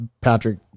Patrick